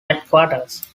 headquarters